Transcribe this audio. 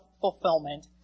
fulfillment